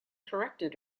corrected